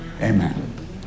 amen